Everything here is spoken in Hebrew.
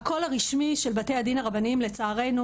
הקול הרשמי של בתי הדין הרבנים לצערנו,